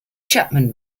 chapman